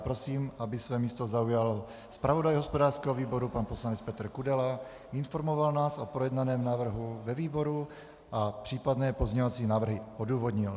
Prosím, aby své místo zaujal zpravodaj hospodářského výboru pan poslanec Petr Kudela, informoval nás o projednávání návrhu ve výboru a případné pozměňovací návrhy odůvodnil.